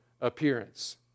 appearance